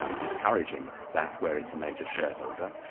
um discouraging that where it's a major shareholder,